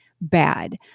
bad